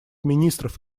министров